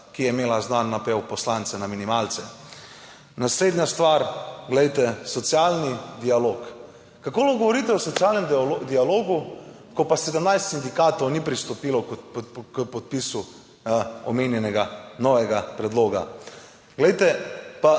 ki je imela znan napev "poslance na minimalce". Naslednja stvar, glejte, socialni dialog. Kako lahko govorite o socialnem dialogu, ko pa 17 sindikatov ni pristopilo k podpisu omenjenega novega predloga. Glejte, pa